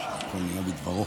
הנושא הבא על